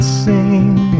sing